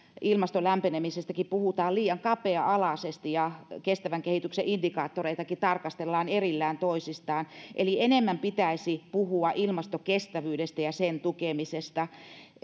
ilmaston lämpenemisestäkin puhutaan liian kapea alaisesti ja kestävän kehityksen indikaattoreitakin tarkastellaan erillään toisistaan eli enemmän pitäisi puhua ilmastokestävyydestä ja sen tukemisesta